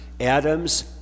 Adam's